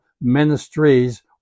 ministries